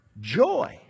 joy